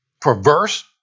perverse